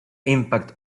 impact